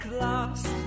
lost